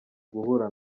guhura